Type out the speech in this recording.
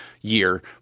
year